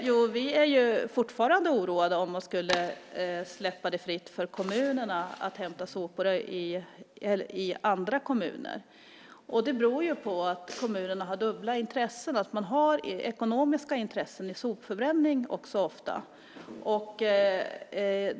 Herr talman! Jo, vi är fortfarande oroade för att man skulle släppa det fritt för kommunerna att hämta sopor i andra kommuner. Det beror på att kommunerna har dubbla intressen, att man också ofta har ekonomiska intressen i sopförbränning.